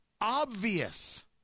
obvious